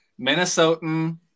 Minnesotan